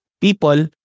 people